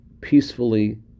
peacefully